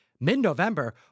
mid-November